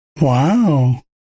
Wow